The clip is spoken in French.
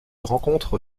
rencontre